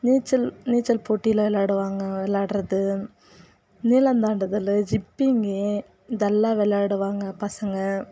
நீச்சல் நீச்சல் போட்டியில் விளாடுவாங்க விளாட்றது நீளந்தாண்டுதல் ஸ்க்பிங்கு இதெல்லாம் விளாடுவாங்க பசங்கள்